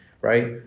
right